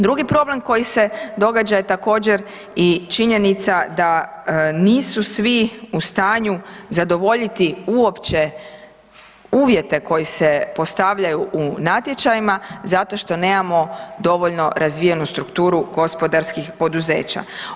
Drugi problem koji se događa je također i činjenica da nisu svi u stanju zadovoljiti uopće uvjete koji se postavljaju u natječajima zato što nemamo dovoljno razvijenu strukturu gospodarskih poduzeća.